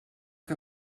que